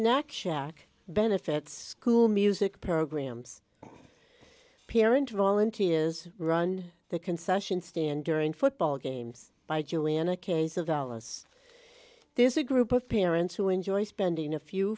snack shack benefits cool music programs peer into volunteers run the concession stand during football games by julianna case of dallas there's a group of parents who enjoy spending a few